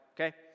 okay